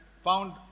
found